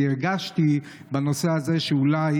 והרגשתי בנושא הזה שאולי